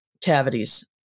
cavities